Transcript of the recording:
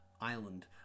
island